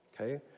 okay